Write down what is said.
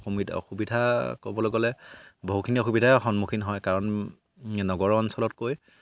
অসুবিধা ক'বলৈ গ'লে বহুখিনি অসুবিধাৰ সন্মুখীন হয় কাৰণ নগৰ অঞ্চলতকৈ